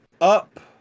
up